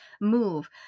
move